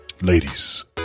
Ladies